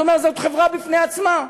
הוא אומר: זאת חברה בפני עצמה.